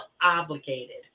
obligated